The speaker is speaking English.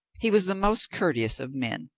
he was the most courteous of men,